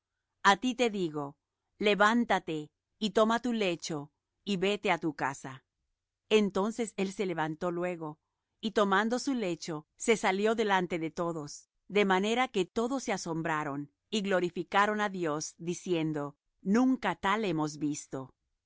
a ti te digo levántate y toma tu lecho y vete á tu casa entonces él se levantó luego y tomando su lecho se salió delante de todos de manera que todos se asombraron y glorificaron á dios diciendo nunca tal hemos visto